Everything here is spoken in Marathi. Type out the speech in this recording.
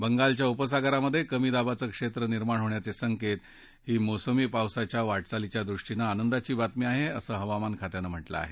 बंगालच्या उपसागरात कमी दाबाचं क्षेत्र निर्माण होण्याचे संकेत ही मोसमी पावसाच्या वाटचालीच्या दृष्टीनं आनंदाची बातमी आहे असं हवामान खात्यानं म्हटलं आहे